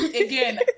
again